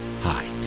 Hi